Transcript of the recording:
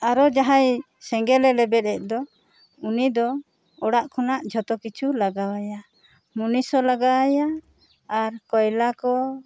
ᱟᱨᱚ ᱡᱟᱦᱟᱸᱭ ᱥᱮᱸᱜᱮᱞᱼᱮ ᱞᱮᱵᱮᱫ ᱮᱫ ᱫᱚ ᱩᱱᱤ ᱫᱚ ᱚᱲᱟᱜ ᱠᱷᱚᱱᱟᱜ ᱡᱷᱚᱛᱚ ᱠᱤᱪᱷᱩ ᱞᱟᱜᱟᱣᱟᱭᱟ ᱢᱩᱱᱤᱥ ᱦᱚᱸ ᱞᱟᱜᱟᱣᱟᱭᱟ ᱟᱨ ᱠᱚᱭᱞᱟ ᱠᱚ